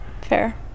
Fair